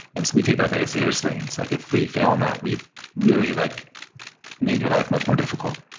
and so, we take that very seriously. it's like if we fail in that, we've really like made your life much more difficult.